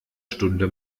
stunde